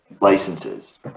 licenses